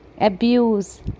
abuse